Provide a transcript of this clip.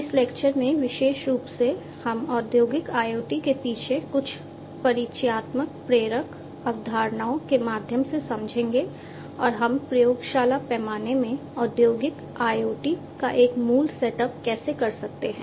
इस लेक्चर में विशेष रूप से हम औद्योगिक IoT के पीछे कुछ परिचयात्मक प्रेरक अवधारणाओं के माध्यम से समझेंगे और हम प्रयोगशाला पैमाने में औद्योगिक IoT का एक मूल सेटअप कैसे कर सकते हैं